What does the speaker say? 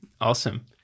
Awesome